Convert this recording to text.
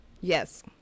yes